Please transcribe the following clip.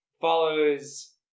follows